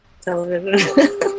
television